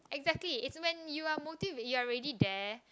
exactly is when you're motive you are ready there